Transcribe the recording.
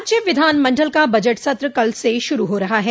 राज्य विधानमंडल का बजट सत्र कल से शुरू हो रहा है